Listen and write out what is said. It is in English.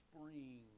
spring